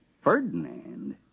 Ferdinand